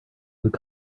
would